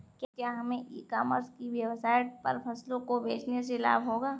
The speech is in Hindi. क्या हमें ई कॉमर्स की वेबसाइट पर फसलों को बेचने से लाभ होगा?